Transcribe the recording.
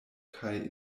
kaj